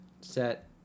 Set